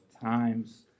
times